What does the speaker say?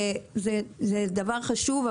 זה דבר חשוב,